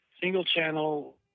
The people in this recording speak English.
Single-channel